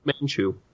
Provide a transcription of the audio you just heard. Manchu